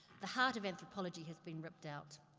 the heart of anthropology has been ripped out,